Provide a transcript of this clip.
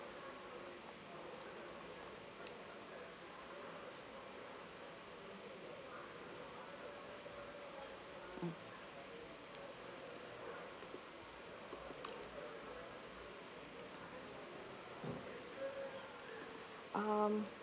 um